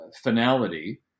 finality